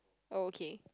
oh okay